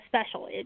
special